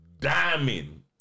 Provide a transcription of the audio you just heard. diamond